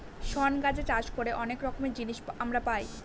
শন গাঁজা চাষ করে অনেক রকমের জিনিস আমরা পাই